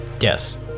Yes